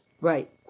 Right